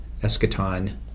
eschaton